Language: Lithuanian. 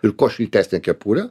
ir kuo šiltesnė kepurė